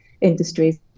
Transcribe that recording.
industries